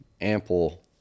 ample